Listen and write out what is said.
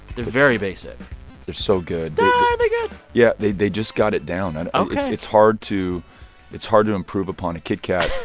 they're very basic they're so good are they good? yeah. they they just got it down and ok it's hard to it's hard to improve upon upon a kit kat